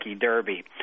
Derby